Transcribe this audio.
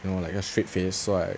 you know like a straight face so I